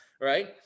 right